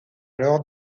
alors